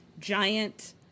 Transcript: giant